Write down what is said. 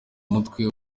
umutwe